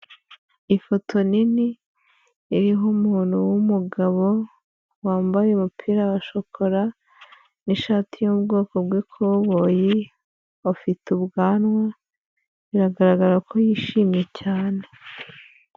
Ifoto nini iriho umuntu w'umugabo, wambaye umupira wa shokora n'ishati yo mu bwoko bw'ikoboyi, afite ubwanwa biragaragara ko yishimye cyane.